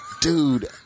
Dude